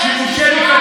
רשימת שקרים,